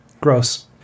Gross